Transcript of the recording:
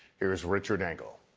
here is richard engel.